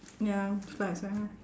ya sebab sana